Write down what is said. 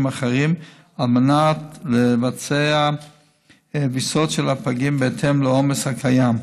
אחרים על מנת לבצע ויסות של הפגים בהתאם לעומס הקיים,